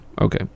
okay